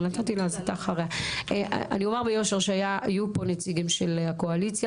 שהיו פה נציגים של הקואליציה,